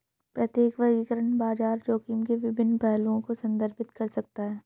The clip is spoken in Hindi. प्रत्येक वर्गीकरण बाजार जोखिम के विभिन्न पहलुओं को संदर्भित कर सकता है